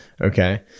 Okay